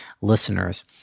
listeners